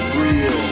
real